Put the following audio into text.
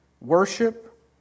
Worship